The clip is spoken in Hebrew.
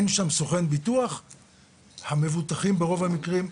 ברוב המקרים,